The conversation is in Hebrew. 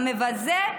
המבזה,